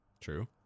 True